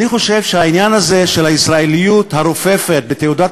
אני חושב שהעניין הזה של הישראליות הרופפת בתעודת